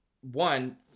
One